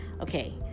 Okay